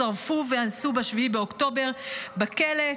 שרפו ואנסו ב-7 באוקטובר בכלא.